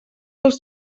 dels